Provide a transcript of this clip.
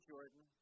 Jordan